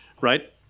Right